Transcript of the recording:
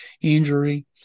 injury